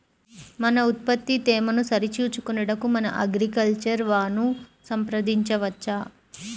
మన ఉత్పత్తి తేమను సరిచూచుకొనుటకు మన అగ్రికల్చర్ వా ను సంప్రదించవచ్చా?